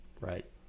Right